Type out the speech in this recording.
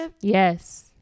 Yes